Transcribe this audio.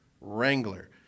Wrangler